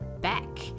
back